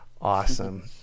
awesome